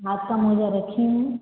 हाथ का मोज़ा रखे हैं